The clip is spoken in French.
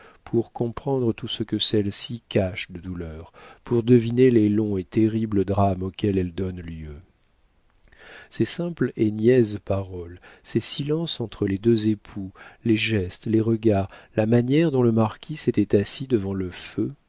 pour comprendre tout ce que celle-ci cache de douleurs pour deviner les longs et terribles drames auxquels elle donne lieu ces simples et niaises paroles ces silences entre les deux époux les gestes les regards la manière dont le marquis s'était assis devant le feu